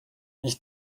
ich